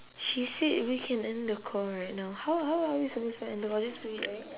she said we can end the call right now how how how are we suppose to end the call just put it right